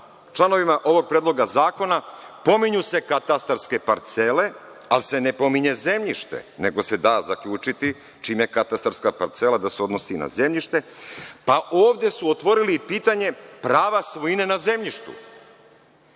članovima ovog predloga zakona, pominju se katastarske parcele, ali se ne pominje zemljište, nego se da zaključiti čime katastarska parcela da se odnosi na zemljište, pa ovde su otvorili pitanje prava svojine na zemljištu.